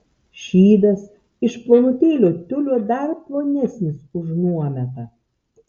šydas iš plonutėlio tiulio dar plonesnis už nuometą